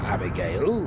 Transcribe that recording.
Abigail